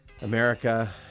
America